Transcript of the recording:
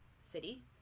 city